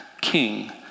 king